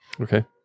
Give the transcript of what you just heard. Okay